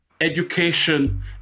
Education